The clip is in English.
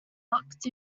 locked